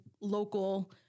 local